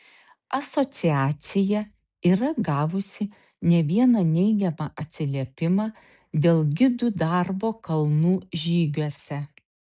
asociacija yra gavusi ne vieną neigiamą atsiliepimą dėl gidų darbo kalnų žygiuose